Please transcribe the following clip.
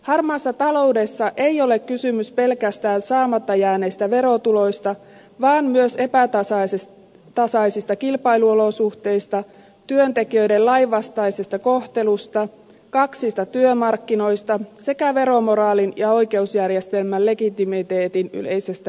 harmaassa taloudessa ei ole kysymys pelkästään saamatta jääneistä verotuloista vaan myös epätasaisista kilpailuolosuhteista työntekijöiden lainvastaisesta kohtelusta kaksista työmarkkinoista sekä veromoraalin ja oikeusjärjestelmän legitimiteetin yleisestä heikkenemisestä